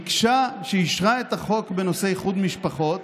שאישרה את החוק בנושא איחוד משפחות